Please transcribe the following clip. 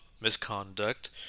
misconduct